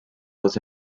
was